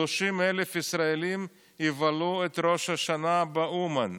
ו-30,000 ישראלים יבלו את ראש השנה באומן.